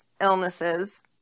illnesses